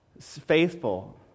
faithful